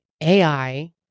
AI